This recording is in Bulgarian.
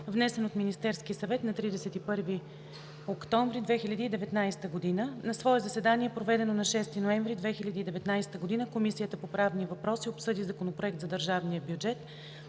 внесен от Министерския съвет на 31 октомври 2019 г. На свое заседание, проведено на 6 ноември 2019 г., Комисията по правни въпроси обсъди Законопроект за държавния бюджет